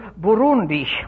Burundi